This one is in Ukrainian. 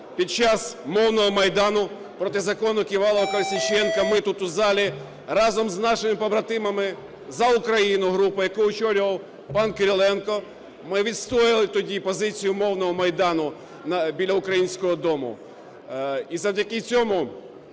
під час мовного майдану проти закону Ківалова-Колесніченка ми тут, у залі, разом з нашими побратимами "За Україну" групою, яку очолював пан Кириленко, ми відстояли тоді позицію мовного майдану біля Українського дому. І завдяки цьому